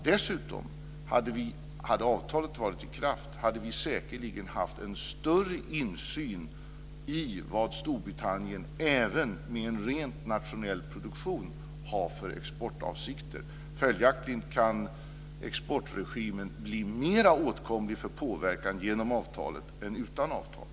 Dessutom: Hade avtalet varit i kraft hade vi säkerligen haft en större insyn i vad Storbritannien, även med en ren nationell produktion, har för exportavsikter. Följaktligen kan exportregimen bli mera åtkomlig för påverkan genom avtalet än utan avtalet.